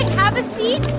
have a seat.